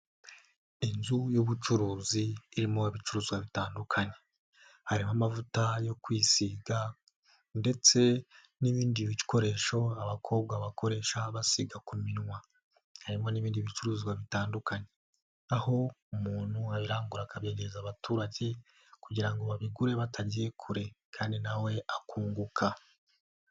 Inzu y'ubucuruzi irimo ibicuruzwa bitandukanye, harimo amavuta yo kwisiga ndetse n'ibindi bikoresho abakobwa bakoresha basiga ku minwa, harimo n'ibindi bicuruzwa bitandukanye aho umuntu wabirangura akabyegereza abaturage kugira ngo babigure batagiye kure kandi na we akunguka.